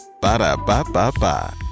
Ba-da-ba-ba-ba